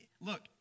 Look